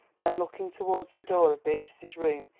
then looking towards the door of beatrice's room,